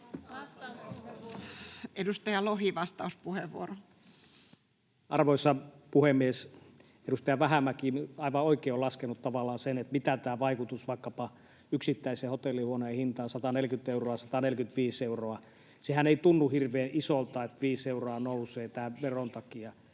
Edustaja Lohi, vastauspuheenvuoro. Arvoisa puhemies! Edustaja Vähämäki on tavallaan aivan oikein laskenut sen, mitä tämä vaikutus vaikkapa yksittäisen hotellihuoneen hintaan on: 140 eurosta 145 euroon. Sehän ei tunnu hirveän isolta, että viisi euroa nousee tämän veron takia.